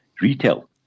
retail